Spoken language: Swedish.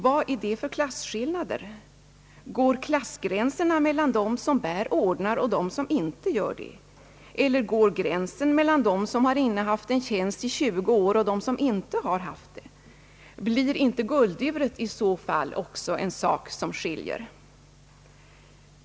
Vad är det för klasskillnader? Går klassgränser mellan dem som bär ordnar och dem som inte gör det, eller går gränsen mellan dem som innehaft en tjänst i 20 år och den som inte haft det? Blir inte gulduret i så fall också en sak som skiljer?